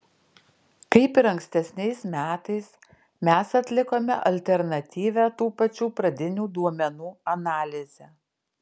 kaip ir ankstesniais metais mes atlikome alternatyvią tų pačių pradinių duomenų analizę